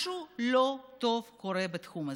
משהו לא טוב קורה בתחום הזה.